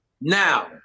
now